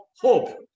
Hope